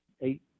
eight